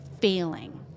failing